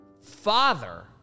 Father